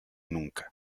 nunca